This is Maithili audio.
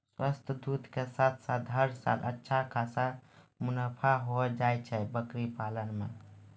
स्वस्थ दूध के साथॅ साथॅ हर साल अच्छा खासा मुनाफा होय जाय छै बकरी पालन मॅ